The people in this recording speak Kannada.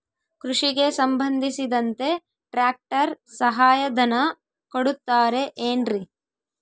ಕೃಷಿಗೆ ಸಂಬಂಧಿಸಿದಂತೆ ಟ್ರ್ಯಾಕ್ಟರ್ ಸಹಾಯಧನ ಕೊಡುತ್ತಾರೆ ಏನ್ರಿ?